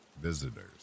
visitors